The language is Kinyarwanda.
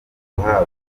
guhabwa